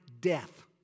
death